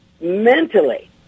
mentally